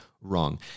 wrong